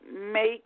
make